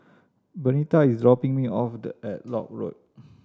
Bernita is dropping me off at Lock Road